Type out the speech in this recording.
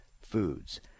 foods